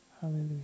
Hallelujah